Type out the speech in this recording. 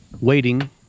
waiting